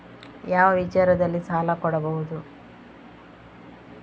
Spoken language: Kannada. ಯಾವ ವಿಚಾರದಲ್ಲಿ ಸಾಲ ಕೊಡಬಹುದು?